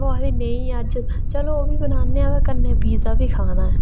ओह् आखदी नेईं अज्ज ओह्बी बनान्ने आं ते कन्नै पिज्जा बी खाना ऐ